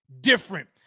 different